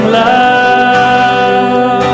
love